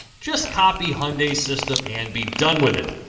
just copy hyundai's system and be done with it.